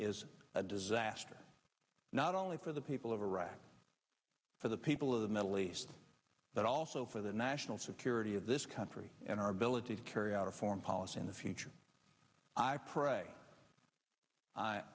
is a disaster not only for the people of iraq for the people of the middle east but also for the national security of this country and our ability to carry out a foreign policy in the future i pray i